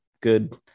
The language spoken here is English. Good